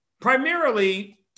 primarily